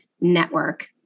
network